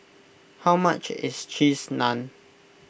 how much is Cheese Naan